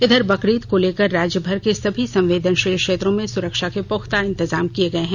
इधर बकरीद को लेकर राज्यभर के सभी संवेदनशील क्षेत्रो में सुरक्षा के पुख्ता इंतजाम किये गये है